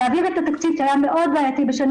להעביר את התקציב שהיה מאוד בעייתי בשנים